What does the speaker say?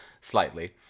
slightly